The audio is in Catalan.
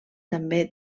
també